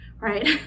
right